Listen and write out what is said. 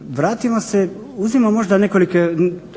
vratimo se, uzmimo možda nekoliko